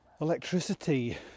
electricity